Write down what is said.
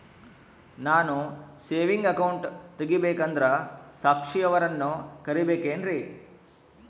ನಾನು saving account ತೆಗಿಬೇಕಂದರ ಸಾಕ್ಷಿಯವರನ್ನು ಕರಿಬೇಕಿನ್ರಿ?